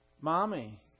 Mommy